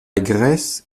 graisse